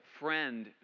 friend